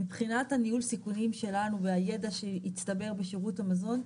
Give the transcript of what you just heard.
מבחינת הניהול סיכונים שלנו ובידע שהצטבר בשירות המזון,